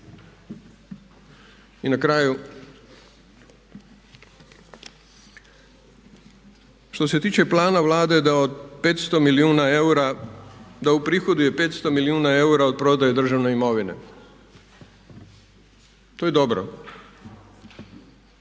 I na kraju što se tiče plana Vlade da od 500 milijuna eura, da uprihoduje 500 milijuna eura od prodaje državne imovine. To je dobro,